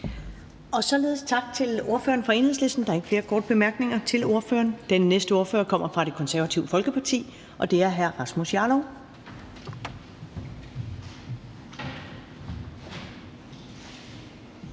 Således tak til ordføreren fra Enhedslisten. Der er ikke flere korte bemærkninger til ordføreren. Den næste ordfører kommer fra Det Konservative Folkeparti, og det er hr. Rasmus Jarlov.